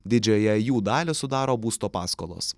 didžiąją jų dalį sudaro būsto paskolos